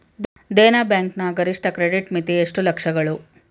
Dena Bank ನ ಗರಿಷ್ಠ credit ಮಿತಿ ಎಷ್ಟು ಲಕ್ಷಗಳು?